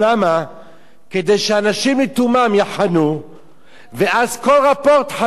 כדי שאנשים לתומם יחנו ואז כל רפורט 500 שקלים.